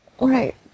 Right